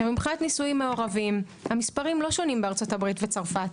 מבחינת נישואים מעורבים המספרים לא שונים בארצות הברית וצרפת.